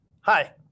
Hi